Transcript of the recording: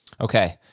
Okay